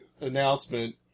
announcement